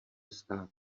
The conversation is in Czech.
stát